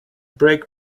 brake